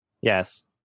Yes